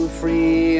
free